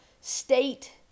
state